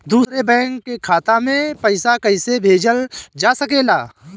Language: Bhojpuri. दूसरे बैंक के खाता में पइसा कइसे भेजल जा सके ला?